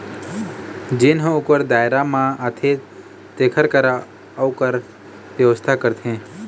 जेन ह ओखर दायरा म आथे तेखर करा अउ कर बेवस्था करथे